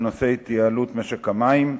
בנושא התייעלות משק המים,